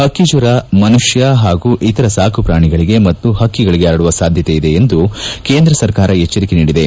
ಪಕ್ಕಿ ಜ್ವರ ಮನುಷ್ಕ ಹಾಗೂ ಇತರ ಸಾಕು ಪ್ರಾಣಿಗಳಿಗೆ ಮತ್ತು ಪಕ್ಕಿಗಳಿಗೆ ಪರಡುವ ಸಾಧ್ಯತೆ ಇದೆ ಎಂದು ಕೇಂದ್ರ ಸರ್ಕಾರ ಎಚ್ಚರಿಕೆ ನೀಡಿದೆ